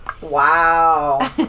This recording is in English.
Wow